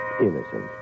Innocent